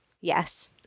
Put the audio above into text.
Yes